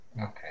Okay